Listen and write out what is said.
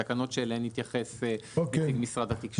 התקנות אליהן התייחס נציג משרד התקשורת.